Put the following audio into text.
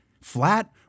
Flat